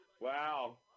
Wow